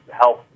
help